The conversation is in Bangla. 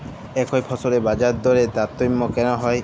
একই ফসলের বাজারদরে তারতম্য কেন হয়?